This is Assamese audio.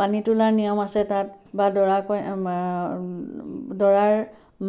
পানী তোলা নিয়ম আছে তাত বা দৰা কই দৰাৰ